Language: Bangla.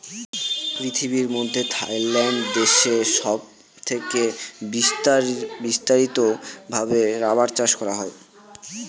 পৃথিবীর মধ্যে থাইল্যান্ড দেশে সব থেকে বিস্তারিত ভাবে রাবার চাষ করা হয়